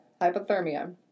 Hypothermia